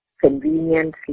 conveniently